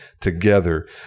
together